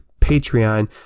Patreon